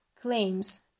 claims